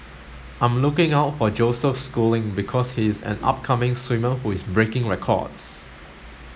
I'm looking out for Joseph Schooling because he is an upcoming swimmer who is breaking records